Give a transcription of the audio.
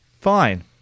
fine